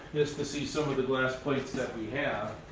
just to see some of the glass plates that we have.